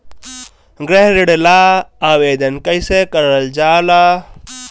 गृह ऋण ला आवेदन कईसे करल जाला?